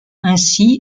ainsi